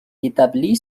établie